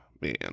Man